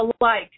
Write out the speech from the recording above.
alike